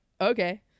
okay